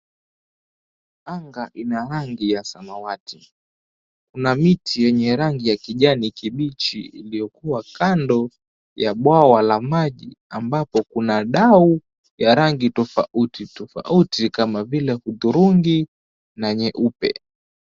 Anga ina rangi ya samawati. Kuna miti yenye rangi ya kijani kibichi, iliyokuwa kando ya bwawa la maji, ambapo kuna dau ya rangi tofauti tofauti kama vile hudhurungi na nyeupe.